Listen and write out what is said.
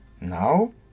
now